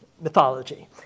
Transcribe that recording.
mythology